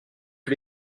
que